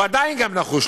והוא עדיין נחוש גם,